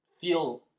feel